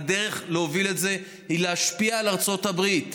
הדרך להוביל את זה היא להשפיע על ארצות הברית,